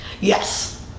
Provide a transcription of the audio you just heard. Yes